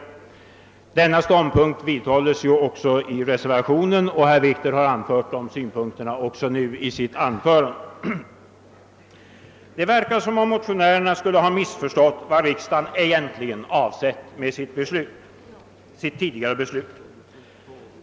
Denna ståndpunkt vidhålles också i reservationen, och herr Wikner har anfört samma synpunkter i sitt anförande. Det verkar som om motionärerna skulle ha missförstått vad riksdagen egentligen avsett med sina tidigare beslut.